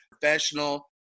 professional